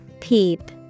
Peep